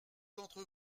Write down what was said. d’entre